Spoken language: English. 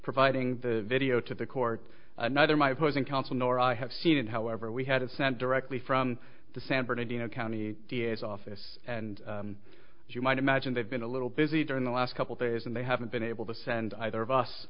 providing the video to the court neither my person counsel nor i have seen it however we had it sent directly from the san bernardino county d a s office and as you might imagine they've been a little busy during the last couple days and they haven't been able to send either of us